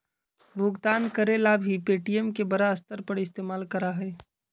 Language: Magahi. भुगतान करे ला भी पे.टी.एम के बड़ा स्तर पर इस्तेमाल करा हई